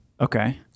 okay